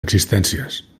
existències